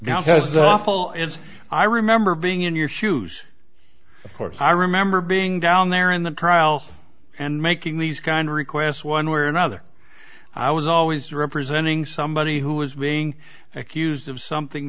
the awful as i remember being in your shoes of course i remember being down there in the trial and making these kind of requests one way or another i was always representing somebody who was being accused of something